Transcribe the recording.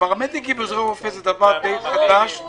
הפרמדיקים ועוזרי רופא זה דבר חדש למדי,